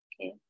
Okay